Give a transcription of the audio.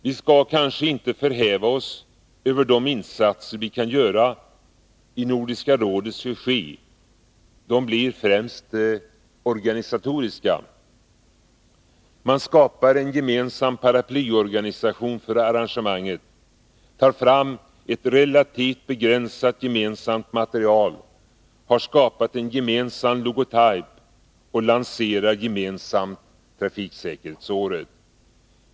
Vi skall kanske inte förhäva oss över de insatser vi kan göra i Nordiska rådets regi. De blir främst organisatoriska. Man skapar en gemensam paraplyorganisation för arrangemanget, tar fram ett relativt begränsat gemensamt material, har skapat en gemensam logotype och lanserar gemensamt trafiksäkerhetsåret.